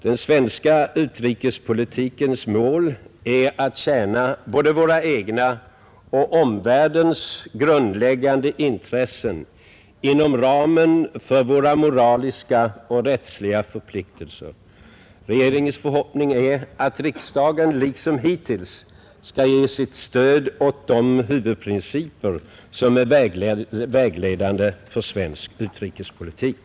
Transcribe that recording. Den svenska utrikespolitikens mål är att tjäna både våra egna och omvärldens grundläggande intressen inom ramen för våra moraliska och rättsliga förpliktelser. Regeringens förhoppning är att riksdagen liksom hittills skall ge sitt stöd åt de huvudprinciper, som är vägledande för svensk utrikespolitik.